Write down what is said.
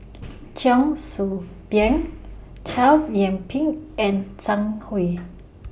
Cheong Soo Pieng Chow Yian Ping and Zhang Hui